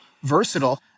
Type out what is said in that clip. versatile